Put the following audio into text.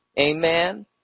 Amen